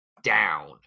down